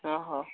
ହଁ ହ